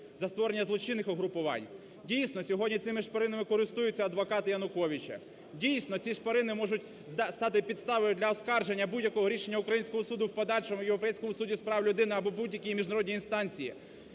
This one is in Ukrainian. за створення злочинних угрупувань. Дійсно сьогодні цими шпаринами користуються адвокати Януковича, дійсно ці шпарини можуть стати підставою для оскарження будь-якого рішення українського суду в подальшому в Європейському суді з прав люди або будь-якій міжнародній інстанції,